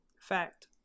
Fact